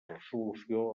resolució